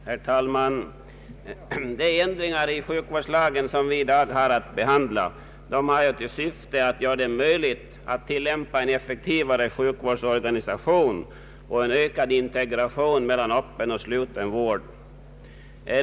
Herr talman! De ändringar i sjukvårdslagen som vi i dag har att behandla har till syfte att göra det möjligt att tillämpa en effektivare sjukvårdsorganisation och en ökad integration mellan öppen och sluten vård.